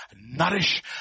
Nourish